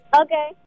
Okay